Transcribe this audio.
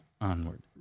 onward